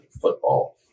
football